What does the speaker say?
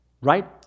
Right